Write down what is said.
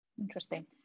Interesting